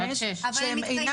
5. שהם אינם,